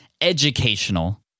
educational